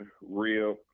real